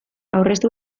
aurreztu